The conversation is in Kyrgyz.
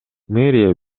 мэрия